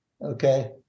Okay